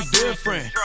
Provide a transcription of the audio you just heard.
different